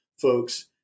folks